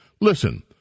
Listen